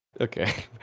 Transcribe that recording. Okay